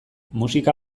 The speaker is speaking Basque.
musika